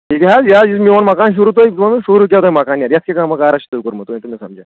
یہِ حظ یُس میون مکان شوٗروُ تۄہہِ شوٗروُ کیٛاہ تۄہہِ مَکان یَتھ یَتھ کیٛاہ کٲمہ کارا چھُ تۄہہِ کوٚرمُت